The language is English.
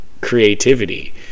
creativity